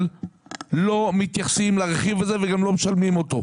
לא מתייחסים לרכיב הזה וגם לא משלמים אותו.